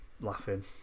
laughing